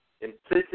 implicit